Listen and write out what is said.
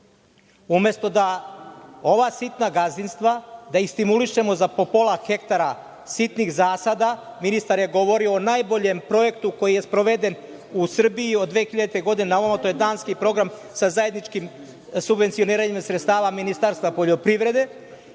umesto da ova sitna gazdinstva stimulišemo za po pola hektara sitnih zasada? Ministar je govorio o najboljem projektu koji je sproveden u Srbiji od 2000. godine na ovamo, to je danski program, sa zajedničkim subvencioniranjem sredstava Ministarstva poljoprivrede.